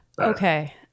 Okay